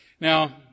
Now